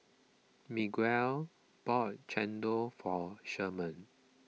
Miguel bought Chendol for Sherman